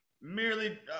merely